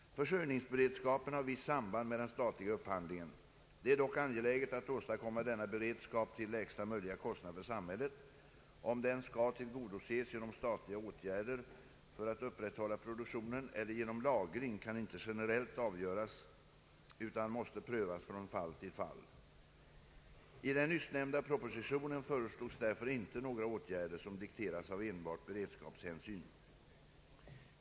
Försörjningsberedskapen har «visst samband med den statliga upphandlingen. Det är dock angeläget att åstadkomma denna beredskap till lägsta möjliga kostnad för samhället. Om den skall tillgodoses genom statliga åtgärder för att upprätthålla produktionen eller genom lagring kan inte generellt avgöras utan måste prövas från fall till fall. I den nyssnämnda propositionen föreslogs därför inte några åtgärder som dikteras av enbart beredskapshänsyn.